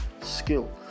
skill